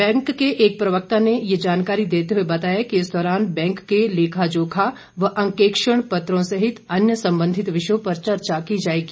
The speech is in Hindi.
बैंक के एक प्रवक्ता ने ये जानकारी देते हुए बताया कि इस दौरान बैंक के लेखा जोखा व अंकेक्षण पत्रों सहित अन्य सम्बंधित विषयों पर चर्चा की जाएगी